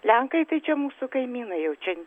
lenkai tai čia mūsų kaimynai jau čia